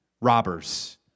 robbers